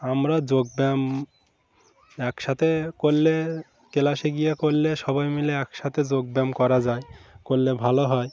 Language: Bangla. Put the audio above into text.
আমরা যোগব্যায়াম একসাথে করলে ক্লাসে গিয়ে করলে সবাই মিলে একসাথে যোগব্যায়াম করা যায় করলে ভালো হয়